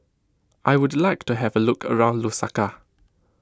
I would like to have a look around Lusaka